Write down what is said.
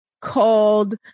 called